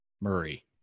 Murray